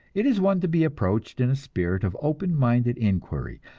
it is one to be approached in a spirit of open-minded inquiry,